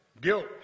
guilt